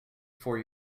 for